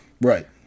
Right